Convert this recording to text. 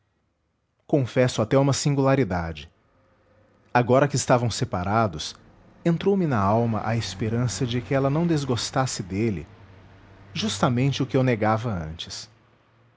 confesso até uma singularidade agora que estavam separados entrou-me na alma a esperança de que ela não desgostasse dele justamente o que eu negava antes